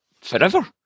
forever